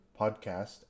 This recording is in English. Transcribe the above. podcast